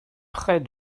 près